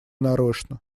нарочно